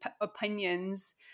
opinions